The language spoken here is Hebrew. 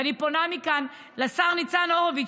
ואני פונה מכאן לשר ניצן הורוביץ,